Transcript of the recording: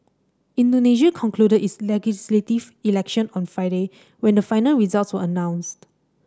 Indonesia concluded its legislative election on Friday when the final results were announced